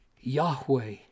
Yahweh